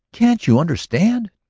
can't you understand?